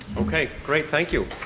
ok, great, thank you.